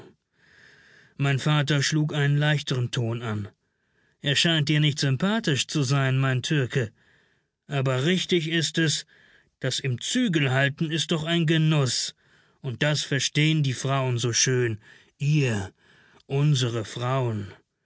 mein vater schlug einen leichtern ton an er scheint dir nicht sympathisch zu sein mein türke aber richtig ist es das im zügel halten ist doch ein genuß und das verstehen die frauen so schön ihr unsere frauen